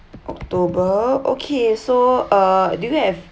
october okay so uh do you have